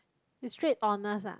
it's straight Honours ah